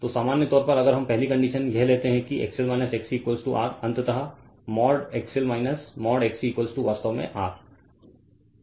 तो सामान्य तौर पर अगर हम पहली कंडीशन यह लेते हैं कि XL XC R अंततः मॉड XL मॉड XC वास्तव में R